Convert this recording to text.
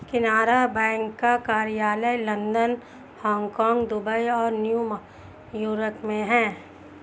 Canara bank का कार्यालय London Hong Kong Dubai और न्यू यॉर्क में है